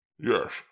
Yes